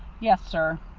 yes, sir.